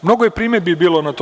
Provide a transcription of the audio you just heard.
Mnogo je primedbi bilo na to.